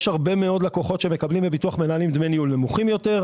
יש הרבה מאוד לקוחות שמקבלים מביטוח מנהלים דמי ניהול נמוכים יותר,